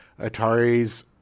Atari's